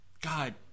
God